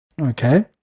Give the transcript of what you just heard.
Okay